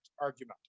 argument